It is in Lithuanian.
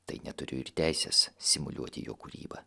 tai neturiu ir teisės simuliuoti jo kūrybą